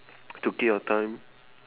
to kill your time